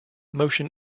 motion